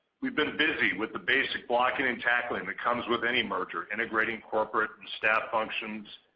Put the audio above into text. we've been busy with the basic blocking and tackling that comes with any merger integrating corporate and staff functions,